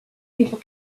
people